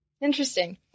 Interesting